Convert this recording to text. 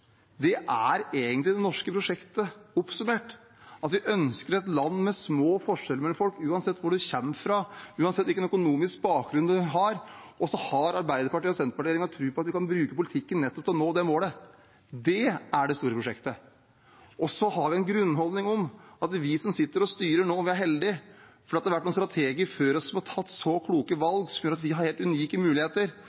Det er egentlig det norske prosjektet oppsummert; vi ønsker et land med små forskjeller mellom folk uansett hvor man kommer fra, uansett hvilken økonomisk bakgrunn man har. Og Arbeiderparti–Senterparti-regjeringen har tro på at vi kan bruke politikken nettopp til å nå det målet. Det er det store prosjektet. Vi har den grunnholdningen at vi som sitter og styrer nå, er heldige, for det har vært noen strateger før oss som har tatt kloke